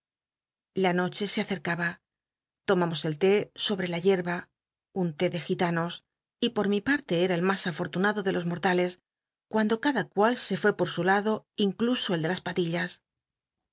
la noche se acercaba tomamos el té sobre la é de gitanos y po mi palc ca el ycba un l mas afortunado de los mortales cuando cada cual so fué por su lado incluso el de las palillas